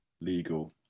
Legal